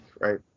Right